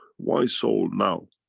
why soul now?